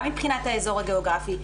גם מבחינת האזור הגיאוגרפי.